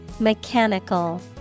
Mechanical